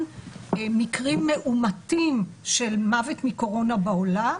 מקרים מאומתים של מוות מקורונה בעולם,